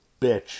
bitch